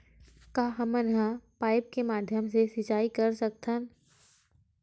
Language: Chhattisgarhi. का हमन पाइप के माध्यम से सिंचाई कर सकथन?